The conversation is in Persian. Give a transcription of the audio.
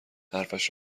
حرفش